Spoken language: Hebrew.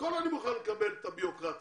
הכול אני מוכן לקבל בבירוקרטיה,